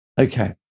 Okay